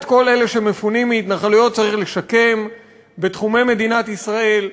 את כל אלה שמפונים מהתנחלויות צריך לשקם בתחומי מדינת ישראל,